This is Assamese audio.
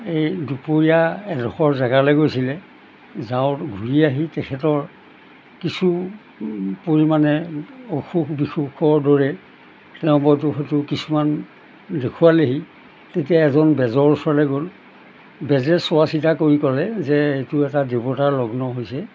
এই দুপৰীয়া এডখৰ জেগালৈ গৈছিলে যাওঁ ঘূৰি আহি তেখেতৰ কিছু পৰিমাণে অসুখ বিসুখৰ দৰে তেওঁ হয়তো কিছুমান দেখুৱালেহি তেতিয়া এজন বেজৰ ওচৰলৈ গ'ল বেজে চোৱা চিতা কৰি ক'লে যে এইটো এটা দেৱতাৰ লগ্ন হৈছে